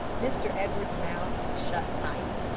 mr. edwards's mouth shut tight.